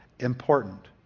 Important